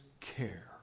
care